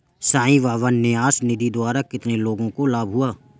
साई बाबा न्यास निधि द्वारा कितने लोगों को लाभ हुआ?